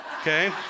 okay